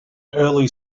early